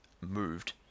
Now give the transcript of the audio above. moved